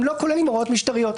הם לא כוללים הוראות משטריות.